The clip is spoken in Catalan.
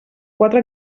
quatre